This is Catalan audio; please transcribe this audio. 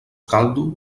caldo